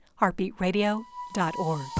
heartbeatradio.org